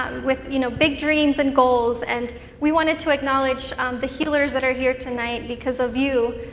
with you know, big dreams and goals. and we wanted to acknowledge the healers that are here tonight. because of you,